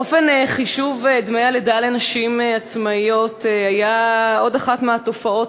אופן חישוב דמי הלידה לנשים עצמאיות היה עוד אחת מהתופעות